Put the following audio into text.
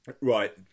Right